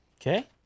Okay